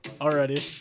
already